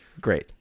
Great